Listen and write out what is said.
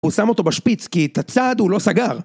הוא שם אותו בשפיץ כי את הצד הוא לא סגר